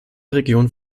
regionen